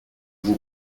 vous